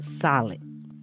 solid